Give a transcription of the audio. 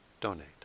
donate